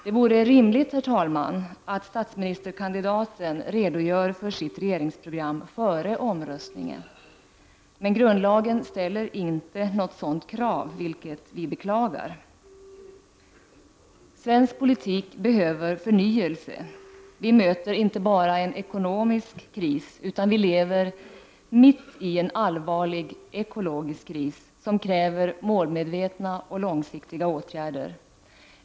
Det vore rimligt, herr talman, att statsministerkandidaten redogör för sitt regeringsprogram före omröstningen. Men grundlagen ställer inget sådant krav, vilket vi beklagar. Svensk politik behöver förnyelse. Vi möter inte bara en ekonomisk kris, utan vi lever också mitt i en allvarlig ekologisk kris som kräver målmedvetna och långsiktiga åtgärder.